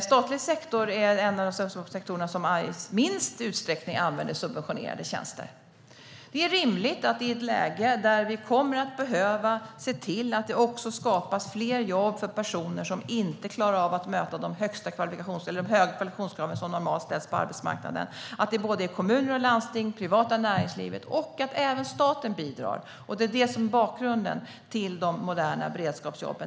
Statlig sektor är en av de sektorer som i minst utsträckning använder subventionerade tjänster. Det är rimligt att kommuner och landsting, det privata näringslivet och även staten bidrar i ett läge där vi kommer att behöva se till att det också skapas fler jobb för personer som inte klarar av att möta de höga kvalifikationskrav som normalt ställs på arbetsmarknaden. Det är det som är bakgrunden till de moderna beredskapsjobben.